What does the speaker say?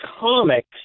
comics